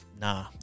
nah